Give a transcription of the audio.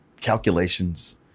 calculations